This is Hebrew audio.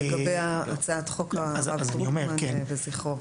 לגבי הצעת חוק הרב דרוקמן וזכרו.